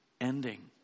ending